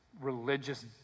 religious